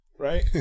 Right